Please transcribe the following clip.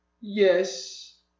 Yes